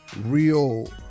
real